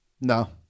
No